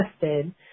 tested